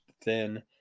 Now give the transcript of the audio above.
thin